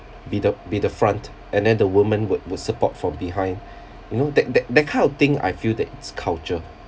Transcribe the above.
be the be the front and then the woman would would support from behind you know that that that kind of thing I feel that it's culture